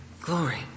glory